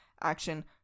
action